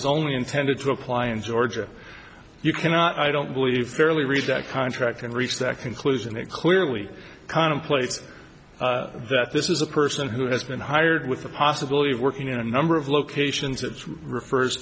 was only intended to apply in ga you cannot i don't believe fairly read that contract and reach that conclusion it clearly contemplates that this is a person who has been hired with the possibility of working in a number of locations that refers